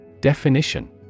Definition